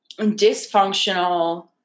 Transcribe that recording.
dysfunctional